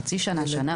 חצי שנה, שנה.